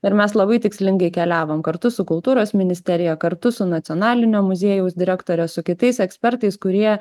ir mes labai tikslingai keliavom kartu su kultūros ministerija kartu su nacionalinio muziejaus direktore su kitais ekspertais kurie